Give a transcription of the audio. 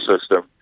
system